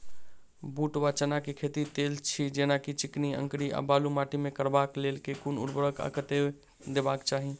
बूट वा चना केँ खेती, तेल छी जेना की चिकनी, अंकरी आ बालू माटि मे करबाक लेल केँ कुन उर्वरक आ कतेक देबाक चाहि?